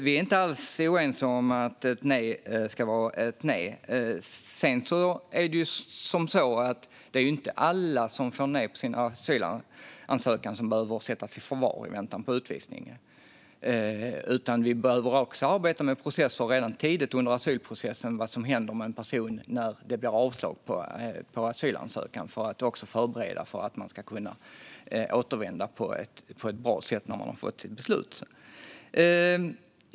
Vi är inte alls oense om att ett nej ska vara ett nej. Sedan är det inte alla som får nej på sin asylansökan som behöver sättas i förvar i väntan på utvisning. Vi behöver också arbeta med processer redan tidigt under asylprocessen när det gäller vad som händer med person när det blir avslag på asylansökan för att förbereda för att den ska kunna återvända på ett bra sätt när den sedan har fått sitt beslut.